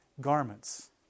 garments